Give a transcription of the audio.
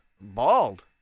Bald